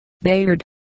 Bayard